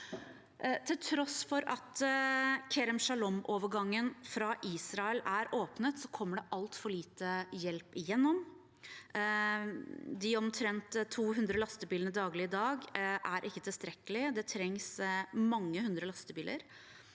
Til tross for at Kerem Shalom-overgangen fra Israel er åpnet, kommer det altfor lite hjelp igjennom. De omtrent 200 lastebilene daglig – i dag – er ikke tilstrekkelig. Det trengs mange hundre lastebiler.